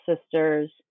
sisters